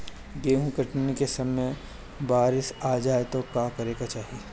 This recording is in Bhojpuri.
गेहुँ कटनी के समय बारीस आ जाए तो का करे के चाही?